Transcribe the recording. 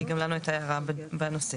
כי גם לנו הייתה הערה בנושא.